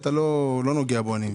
אתה לא נוגע בו אני מבין.